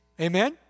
Amen